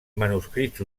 manuscrits